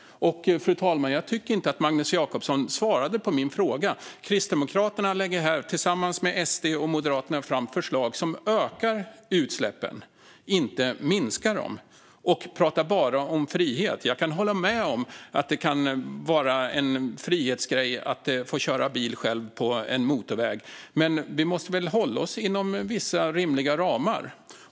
Fru talman! Jag tycker inte att Magnus Jacobsson svarade på min fråga. Kristdemokraterna lägger här tillsammans med SD och Moderaterna fram förslag som ökar utsläppen, inte minskar dem, och man pratar bara om frihet. Jag kan hålla med om att det kan vara en frihetsgrej att få köra bil själv på en motorväg, men vi måste väl hålla oss inom vissa rimliga ramar?